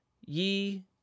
Ye